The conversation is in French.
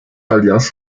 alliance